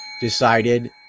decided